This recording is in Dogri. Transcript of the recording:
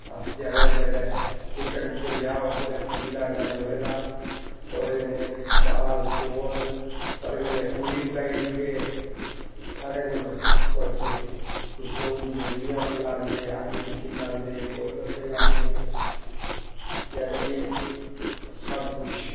अस जैदा कोला जैदा केह् करी ओड़गे ब्याह् होग कुड़ी दा मुडे़ दा ओह्दे कन्नै दाल चौल ओह्दे कन्नै पूड़ी पकाई ओड़गे साढ़े कोल होर केह् किश लोग जलेबी लांदे आलू टिक्की लांदे गोल गफ्पे लांदे जानी केह् सब किश